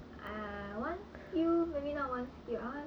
ah one skill maybe not one skill I want